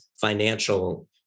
financial